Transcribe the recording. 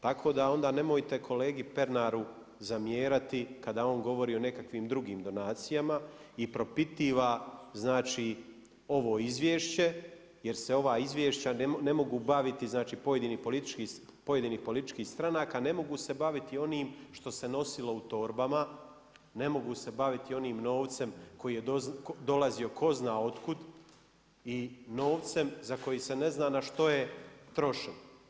Tako da onda nemojte kolegi Pernaru zamjerati kada on govori o nekakvim drugim donacijama i propitiva znači ovo izvješće jer se ova izvješća ne mogu baviti znači pojedinih političkih stranaka ne mogu se baviti onim što se nosilo u torbama, ne mogu se baviti onim novcem koji je dolazio tko zna od kud i novcem za koji se ne zna na što je trošen.